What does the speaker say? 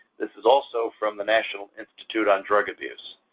this is also from the national institute on drug abuse.